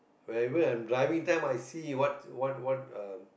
wherever I'm driving time I see what's what what um